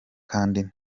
kandi